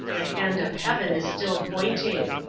the hand of heaven is still pointing,